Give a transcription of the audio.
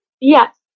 yes